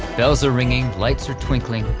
bells are ringing, lights are twinkling,